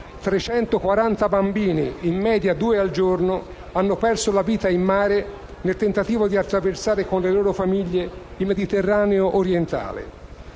340 bambini, in media due al giorno, hanno perso la vita in mare nel tentativo di attraversare con le loro famiglie il Mediterraneo orientale.